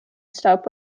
step